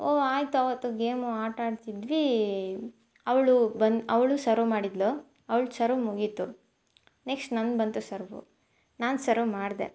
ಓಹ್ ಆಯ್ತು ಆವತ್ತು ಗೇಮು ಆಟಾಡುತಿದ್ವಿ ಅವಳು ಬಂದು ಅವಳು ಸರ್ವ್ ಮಾಡಿದಳು ಅವ್ಳ ಸರ್ವ್ ಮುಗೀತು ನೆಕ್ಸ್ಟ್ ನಂದು ಬಂತು ಸರ್ವು ನಾನು ಸರ್ವ್ ಮಾಡಿದೆ